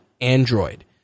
Android